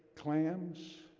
clams,